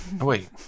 Wait